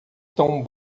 tão